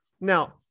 Now